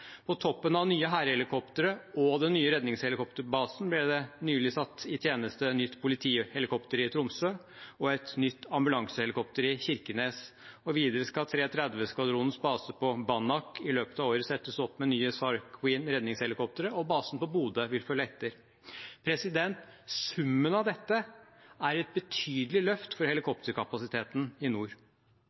På toppen av nye hærhelikoptre og den nye redningshelikopterbasen ble det nylig satt i tjeneste et nytt politihelikopter i Tromsø og et nytt ambulansehelikopter i Kirkenes. Videre skal 330-skvadronens base på Banak i løpet av året settes opp med nye SAR Queen redningshelikoptre, og basen på Bodø vil følge etter. Summen av dette er et betydelig løft for helikopterkapasiteten i nord.